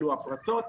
אלו הפרצות,